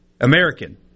American